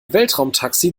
weltraumtaxi